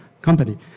company